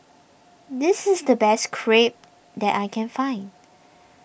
this is the best Crepe that I can find